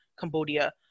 Cambodia